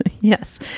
yes